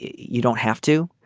you don't have to.